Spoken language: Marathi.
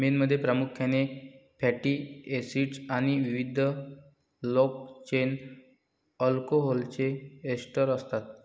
मेणमध्ये प्रामुख्याने फॅटी एसिडस् आणि विविध लाँग चेन अल्कोहोलचे एस्टर असतात